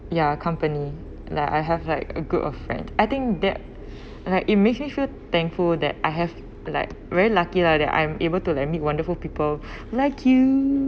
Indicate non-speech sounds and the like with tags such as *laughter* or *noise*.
ya company like I have like a group of friend I think that like it makes me feel thankful that I have like very lucky lah that I'm able to like meet like wonderful *breath* people like you